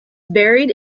buried